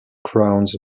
crowns